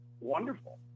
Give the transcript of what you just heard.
wonderful